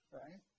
right